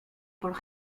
por